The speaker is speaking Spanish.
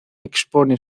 expone